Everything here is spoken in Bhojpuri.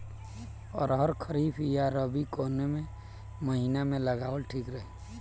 अरहर खरीफ या रबी कवने महीना में लगावल ठीक रही?